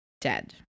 dead